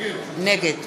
נגד